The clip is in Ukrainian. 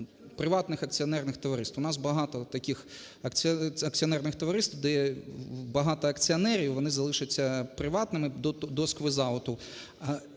приватних акціонерних товариств. У нас багато таких акціонерних товариств, де багато акціонерів, вони залишаться приватними до сквіз-ауту,